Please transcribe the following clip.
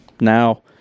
now